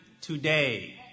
today